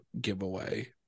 giveaway